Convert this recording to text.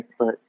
Facebook